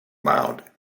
mound